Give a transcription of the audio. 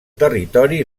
territori